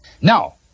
Now